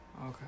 Okay